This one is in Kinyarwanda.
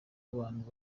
abantu